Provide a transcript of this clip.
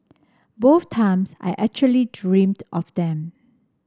both times I actually dreamed of them